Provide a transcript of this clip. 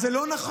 אז זה לא נכון,